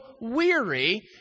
weary